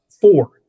Four